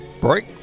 break